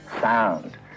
sound